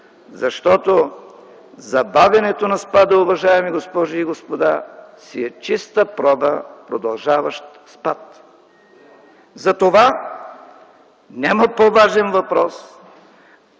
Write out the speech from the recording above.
защото забавянето на спада, уважаеми госпожи и господа, си е чиста проба продължаващ спад. Затова няма по-важен въпрос